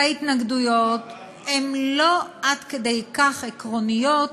וההתנגדויות, הן לא עד כדי כך עקרוניות